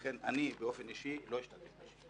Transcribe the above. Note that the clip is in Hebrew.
לכן אני, באופן אישי, לא אשתתף בישיבה.